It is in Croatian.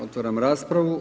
Otvaram raspravu.